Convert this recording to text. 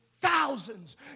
thousands